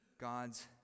God's